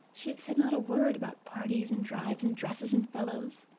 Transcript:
she said not a word about parties and drives and dresses and fellows.